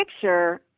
picture